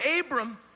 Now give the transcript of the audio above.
Abram